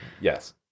Yes